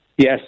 Yes